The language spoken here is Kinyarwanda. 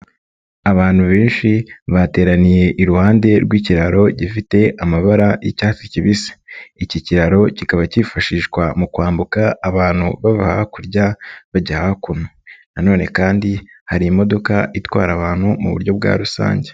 Abantu benshi bateraniye iruhande rw'ikiraro gifite amabara y'icyatsi kibisi, iki kiraro kikaba kifashishwa mu kwambuka abantu bava hakurya bajya hakuno nanone kandi hari imodoka itwara abantu mu buryo bwa rusange.